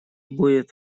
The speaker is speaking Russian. будет